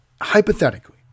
hypothetically